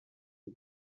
wir